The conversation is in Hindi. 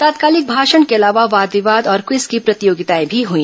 तत्कालिक भाषण के अलावा वाद विवाद और विवज की प्रतियोगिताए भी हुई